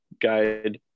guide